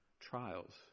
Trials